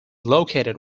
located